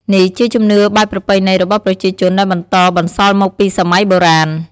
នេះ ជាជំនឿបែបប្រពៃណីរបស់ប្រជាជន ដែលបន្តបន្សល់មកពីសម័យបុរាណ។